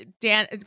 Dan